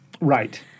Right